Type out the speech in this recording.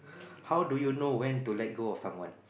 how do you know when to let go of someone